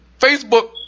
Facebook